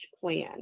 plan